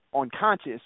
unconscious